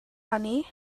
hynny